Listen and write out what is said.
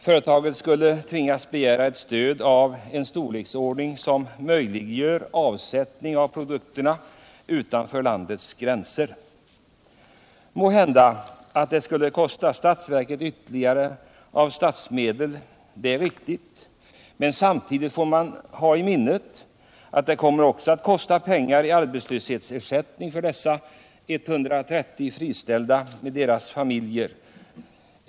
Företaget skulle tvingas att begära ett stöd av en storleksordning som möjliggör avsättning av produkterna utanför landets gränser. Måhända skulle detta kosta statsverket ytterligare av statsmedel, men samtidigt får man ha i minnet att det också kommer att kosta pengar i arbetslöshetsersättning för dessa 130 friställda med deras familjer.